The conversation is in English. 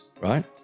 Right